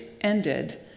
ended